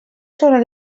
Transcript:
sobre